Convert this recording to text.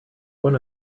one